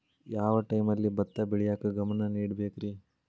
ಯಾವ್ ಟೈಮಲ್ಲಿ ಭತ್ತ ಬೆಳಿಯಾಕ ಗಮನ ನೇಡಬೇಕ್ರೇ?